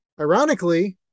ironically